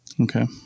Okay